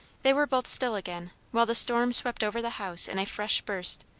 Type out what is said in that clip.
they were both still again, while the storm swept over the house in a fresh burst,